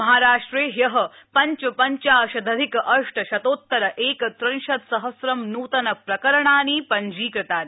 महाराष्ट्रे ह्य पञ्चपञ्चाशदथिक अष्ट शतोत्तर एकत्रिशत् सहस्र नूतनप्रकरणानि पञ्जीकृतानि